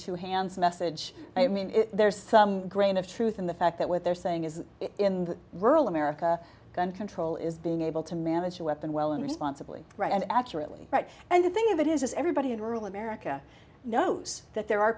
two hands message i mean there's some grain of truth in the fact that what they're saying is in the rural america gun control is being able to manage a weapon well and responsibly and accurately and the thing of it is everybody in rural america knows that there are